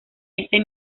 ese